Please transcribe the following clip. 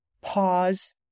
Pause